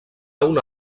una